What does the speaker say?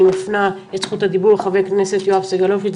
אני מפנה את זכות הדיבור לחבר הכנסת יואב סגלוביץ',